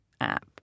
app